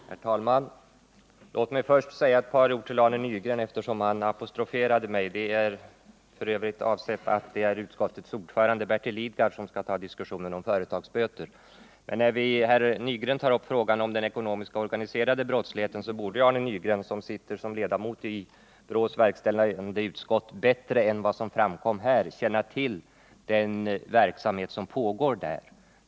Herr talman! Låt mig först säga några ord till Arne Nygren, eftersom han apostroferade mig. Det är meningen att utskottets ordförande Bertil Lidgard skall föra diskussionen om företagsböter. Men Arne Nygren tog upp frågan om den ekonomiska och organiserade brottsligheten, och då Arne Nygren är ledamot av brottsförebyggande rådets verkställande utskott borde han bättre än vad han nu visade känna till den utredningsverksamhet som pågår inom rådets ram.